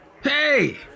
Hey